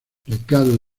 recado